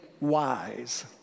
wise